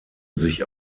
sich